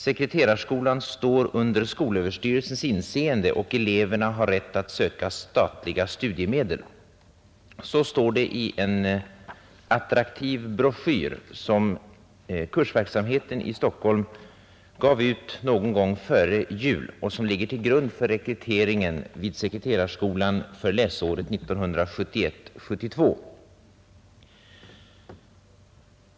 Sekreterarskolan står under skolöverstyrelsens inseende och eleverna har rätt att söka statliga studiemedel. Så står det i en attraktiv broschyr som Kursverksamheten i Stockholm gav ut någon gång före jul och som ligger till grund för rekryteringen till sekreterarskolan för läsåret 1971/72.